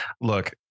Look